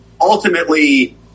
ultimately –